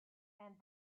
and